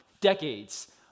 decades